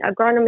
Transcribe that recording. agronomy